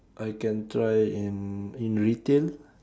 I can try in in retail